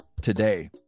today